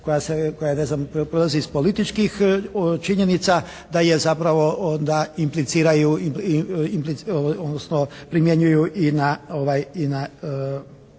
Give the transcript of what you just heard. koja se, koja proizlazi iz političkih činjenica da je zapravo onda impliciraju, odnosno primjenjuju i na